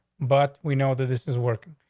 but we know that this is working.